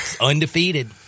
undefeated